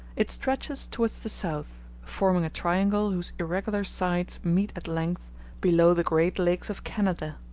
it stretches towards the south, forming a triangle whose irregular sides meet at length below the great lakes of canada.